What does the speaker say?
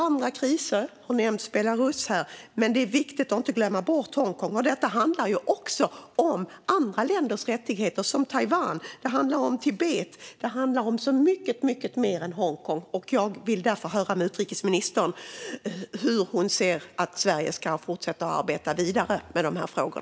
Andra kriser pågår - Belarus har nämnts här - men det är viktigt att inte glömma bort Hongkong. Detta handlar också om andra länders rättigheter; det handlar om Taiwan, Tibet och mycket mer än Hongkong. Jag vill därför höra hur utrikesministern anser att Sverige ska arbeta vidare med dessa frågor.